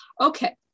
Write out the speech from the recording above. okay